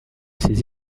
ces